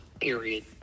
Period